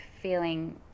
feeling